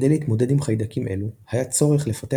כדי להתמודד עם חיידקים אלו היה צורך לפתח